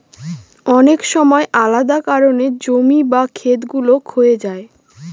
অনেক সময় আলাদা কারনে জমি বা খেত গুলো ক্ষয়ে যায়